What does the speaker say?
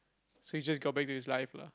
so he just got back to his life lah